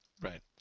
right